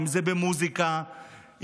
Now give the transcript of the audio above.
במוזיקה,